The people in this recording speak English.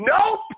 Nope